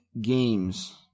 games